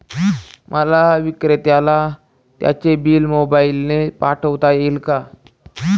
मला विक्रेत्याला त्याचे बिल मोबाईलने पाठवता येईल का?